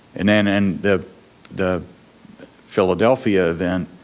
and then in the the philadelphia event,